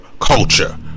Culture